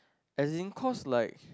as in cause like